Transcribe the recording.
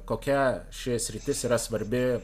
kokia ši sritis yra svarbi